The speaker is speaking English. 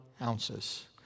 ounces